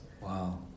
Wow